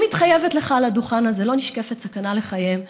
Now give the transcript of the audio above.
אני מתחייבת לך על הדוכן הזה: לא נשקפת סכנה לחייהם.